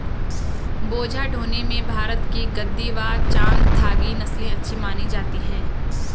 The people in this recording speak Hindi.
बोझा ढोने में भारत की गद्दी व चांगथागी नस्ले अच्छी मानी जाती हैं